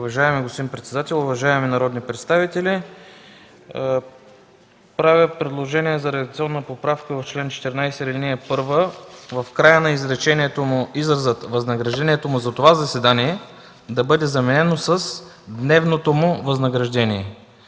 Уважаеми господин председател, уважаеми народни представители, правя предложение за редакционна поправка в чл. 14, ал. 1 – в края на изречението изразът „възнаграждението му за това заседание” да бъде заменен с „с дневното му възнаграждение”.